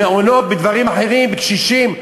במעונות, בדברים אחרים, בקשישים.